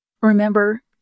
Remember